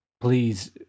Please